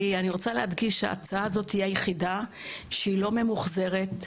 אני רוצה להדגיש שההצעה הזאת היא ההצעה היחידה שלא ממוחזרת.